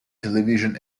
television